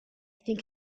think